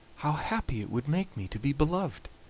how happy it would make me to be beloved.